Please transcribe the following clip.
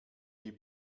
die